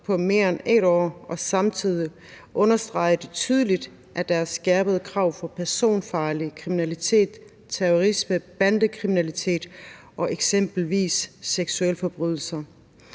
på mere end 1 år, og samtidig understreges det tydeligt, at der er skærpede krav for personfarlig kriminalitet, terrorisme, bandekriminalitet og eksempelvis seksualforbrydelser.